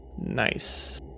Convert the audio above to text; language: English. Nice